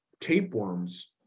tapeworms